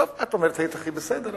טוב, את אומרת שהיית הכי בסדר.